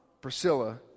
Priscilla